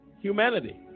humanity